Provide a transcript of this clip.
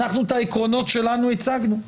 אנחנו את העקרונות שלנו הצגנו.